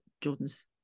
Jordan's